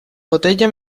botella